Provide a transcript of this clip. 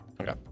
Okay